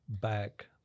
back